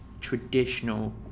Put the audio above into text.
traditional